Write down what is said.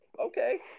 okay